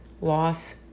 loss